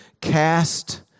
cast